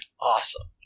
Awesome